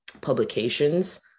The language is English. publications